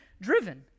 driven